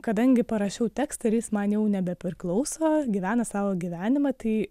kadangi parašiau tekstą ir jis man jau nebepriklauso gyvena savo gyvenimą tai